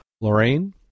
Lorraine